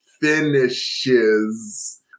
finishes